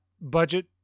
budget